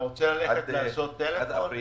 אתה רוצה לצאת ולעשות טלפון?